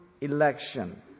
election